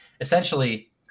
essentially